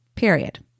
Period